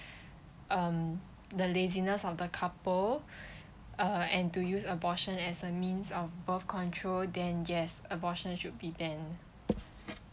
um the laziness of the couple uh and to use abortion as a means of birth control then yes abortion should be banned